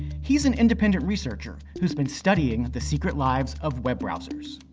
he's an independent researcher who's been studying the secret lives of web browsers.